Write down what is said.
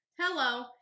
Hello